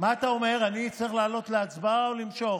מה אתה אומר, להעלות להצבעה או למשוך?